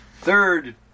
third